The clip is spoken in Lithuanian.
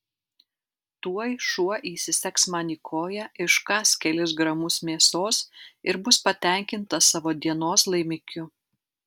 tuoj šuo įsisegs man į koją iškąs kelis gramus mėsos ir bus patenkintas savo dienos laimikiu